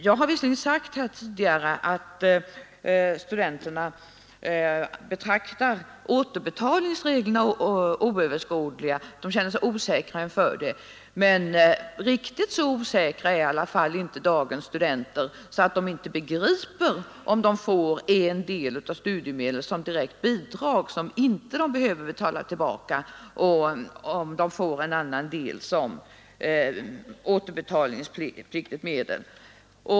Jag har visserligen framhållit här tidigare att studenterna betraktar återbetalningsreglerna som oöverskådliga och känner sig osäkra inför dem. Men riktigt så osäkra är i alla fall inte dagens studenter att de inte begriper om de får en del av studiemedlen som direkt bidrag, som de inte behöver betala tillbaka, och en annan del som är återbetalningspliktig.